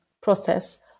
process